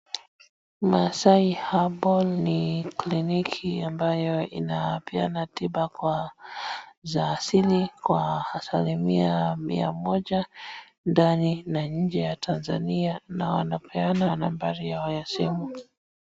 Masai Herbal ni kliniki ambayo inapeana tiba kwa asili za asilimia mia moja ndani na nje ya Tanzania na wanapeana nambari yao ya simu.